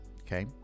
okay